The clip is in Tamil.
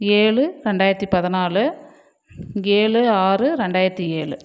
ஏழு ரெண்டாயிரத்து பதினாலு ஏழு ஆறு ரெண்டாயிரத்து ஏழு